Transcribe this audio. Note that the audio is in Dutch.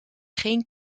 geen